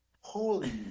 holy